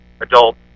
adult